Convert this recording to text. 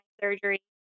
surgery